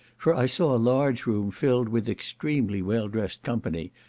for i saw a large room filled with extremely well-dressed company,